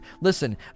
Listen